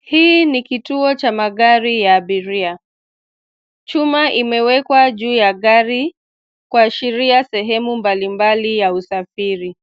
Hii ni kituo cha magari ya abiria. Chuma kimewekwa juu ya gari kuashiria sehemu mbalimbali za usafiri.